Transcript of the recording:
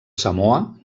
samoa